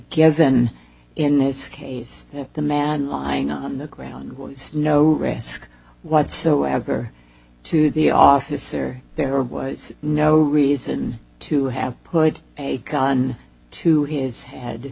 given in this case that the man lying on the ground was no risk whatsoever to the officer there was no reason to have put a gun to his head